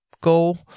goal